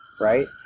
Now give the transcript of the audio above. right